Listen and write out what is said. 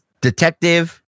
detective